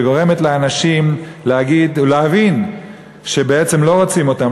שגורמת לאנשים להגיד ולהבין שבעצם לא רוצים אותם,